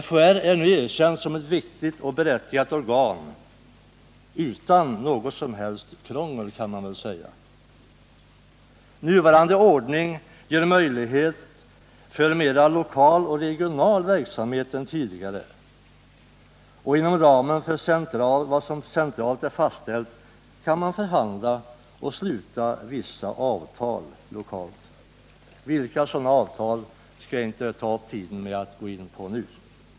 FÅR är nu erkänt som ett viktigt organ, vars tillkomst var berättigad, och det förorsakar inte något som helst krångel. Nuvarande ordning ger möjlighet till mera av lokal och regional verksamhet än tidigare. "Inom ramen för vad som centralt är fastställt kan man lokalt förhandla och sluta vissa avtal. Vilka typer av avtal det gäller skall jag inte gå in på nu.